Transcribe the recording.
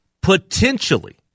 potentially